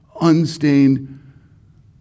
unstained